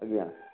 ଆଜ୍ଞା